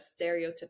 stereotypical